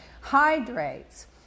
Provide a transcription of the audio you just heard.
Hydrates